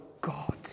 God